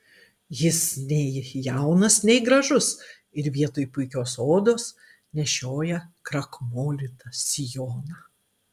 jis nei jaunas nei gražus ir vietoj puikios odos nešioja krakmolytą sijoną